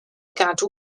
gadw